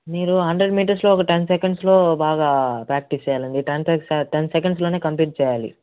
మీరు హండ్రెడ్ మీటర్స్లో ఒక టెన్ సెకండ్స్లో బాగా ప్రాక్టీస్ చెయ్యాలండి టెన్ సెకండ్స్లోనే కంప్లీట్ చేయాలి